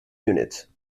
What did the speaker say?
unit